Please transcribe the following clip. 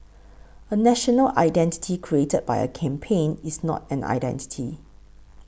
a national identity created by a campaign is not an identity